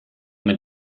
mit